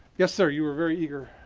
yes, sir? you were very eager.